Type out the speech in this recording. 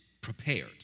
prepared